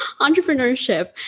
entrepreneurship